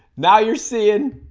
now you're seeing